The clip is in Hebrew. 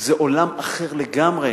זה עולם אחר לגמרי.